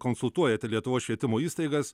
konsultuojate lietuvos švietimo įstaigas